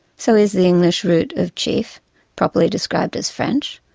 so is the english root of chief properly described as french,